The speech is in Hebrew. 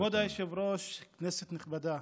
כבוד היושב-ראש, כנסת נכבדה,